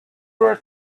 were